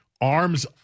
arms